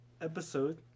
episode